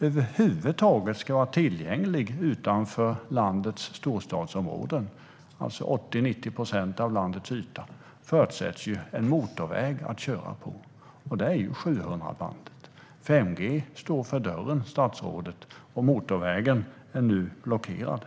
över huvud taget ska vara tillgänglig utanför landets storstadsområden - det är alltså 80-90 procent av landets yta - förutsätts att det finns en motorväg att köra på. Det är 700-bandet. 5G står för dörren, statsrådet, och motorvägen är nu blockerad.